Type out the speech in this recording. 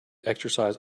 exercise